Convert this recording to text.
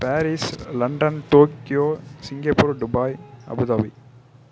Paris London Tokyo Singapore Dubai Abu Dhabi